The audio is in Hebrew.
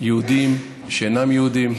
יהודים ושאינם יהודים,